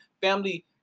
Family